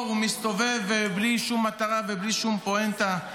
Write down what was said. ומסתובב בלי שום מטרה ובלי שום פואנטה.